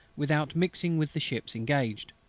without mixing with the ships engaged.